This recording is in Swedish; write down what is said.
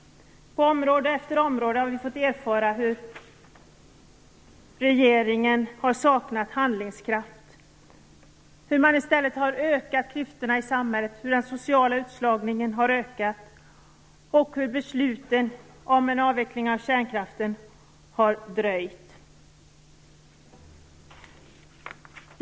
På område efter område har vi fått erfara hur regeringen har saknat handlingskraft, hur man i stället har ökat klyftorna i samhället, hur den sociala utslagningen har ökat och hur besluten om en avveckling av kärnkraften har dröjt.